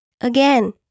Again